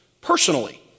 personally